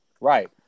right